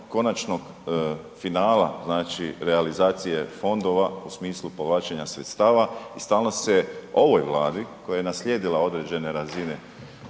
fondova u smislu realizacije fondova u smislu povlačenja sredstava i stalno se ovoj Vladi koja je naslijedila određene razine